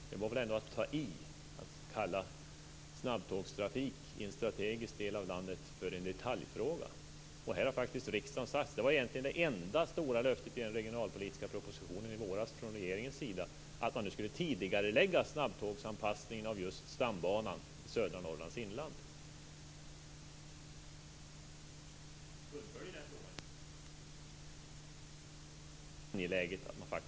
Fru talman! Det var väl ändå att ta i: att kalla snabbtågstrafik i en strategisk del av landet för en detaljfråga. Här har faktiskt riksdagen sagt - det var egentligen det enda stora löftet i den regionalpolitiska propositionen i våras från regeringen - att man skulle tidigarelägga snabbtågsanpassningen av stambanan i södra Norrlands inland. Då är det väldigt angeläget att fullfölja.